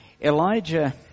Elijah